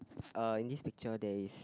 uh in this picture there is